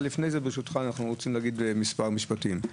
לפני כן, ברשותך, אנחנו רוצים להגיד מספר משפטים.